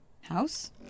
house